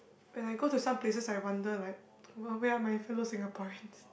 when I go to some places I wonder like were where're my fellow Singaporeans